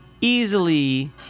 easily